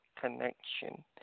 Connection